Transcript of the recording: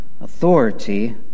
authority